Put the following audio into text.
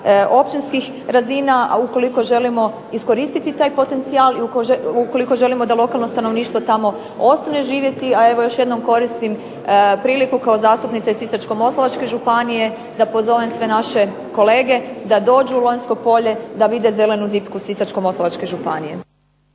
općinskih razina. A ukoliko želimo iskoristiti taj potencijal i ukoliko želimo da lokalno stanovništvo tamo ostane živjeti, a evo još jednom koristim priliku kao zastupnica iz Sisačko-moslavačke županije da pozovem sve naše kolege da dođu u Lonjsko polje, da vide "zelenu zipku" Sisačko-moslavačke županije.